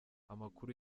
amakuru